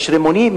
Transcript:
יש רימונים,